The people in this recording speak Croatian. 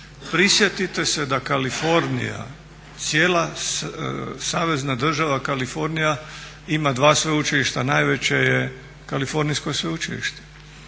Prisjetite se da Kalifornija cijela Savezna Država Kalifornija ima dva sveučilišta. Najveće je Kalifornijsko sveučilište